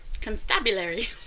Constabulary